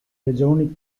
regioni